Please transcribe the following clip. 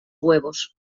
huevos